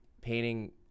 painting